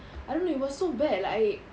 I don't know it was so bad like